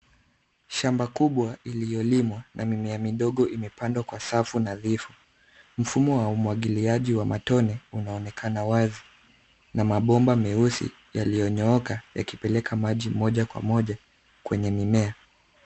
Shamba kubwa lililolimwa na mimea midogo imepandwa kwa safu nadhifu. Mfumo wa umwangiliaji wa matone unaonekana wazi na mabomba meusi yaliyonyooka yakipeleka maji moja kwa moja kwenye mimea.